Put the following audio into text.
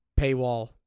paywall